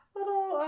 little